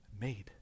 made